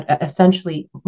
essentially